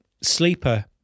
sleeper